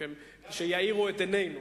שיאירו את עינינו,